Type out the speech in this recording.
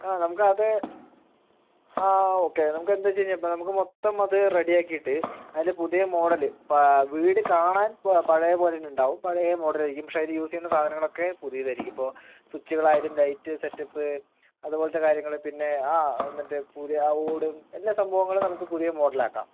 ആ നമുക്കത് ആ ഓക്കേ നമുക്കെന്താ വച്ച് കഴിഞ്ഞാൽ ഇപ്പോൾ നമ്മുക്ക് മൊത്തം അത് റെഡിയാക്കിയിട്ട് അതിൽ പുതിയ മോഡല് വീട് കാണാൻ പഴയ പോലതന്നെ ഉണ്ടാവും പഴയ മോഡലായിരിക്കും പക്ഷെ അതിൽ യൂസ് ചെയ്യുന്ന സാധനങ്ങളൊക്കെ പുതിയതായിരിക്കും ഇപ്പോൾ സ്വിച്ചുകളായാലും ലൈറ്റ് സെറ്റപ്പ് അതുപോലത്തെ കാര്യങ്ങൾ പിന്നെ ആ മറ്റേ പുതിയ ആ ഓടും എല്ലാ സംഭവങ്ങളും നമുക്ക് പുതിയ മോഡലാക്കാം